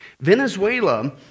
Venezuela